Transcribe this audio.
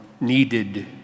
needed